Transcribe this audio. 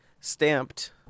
stamped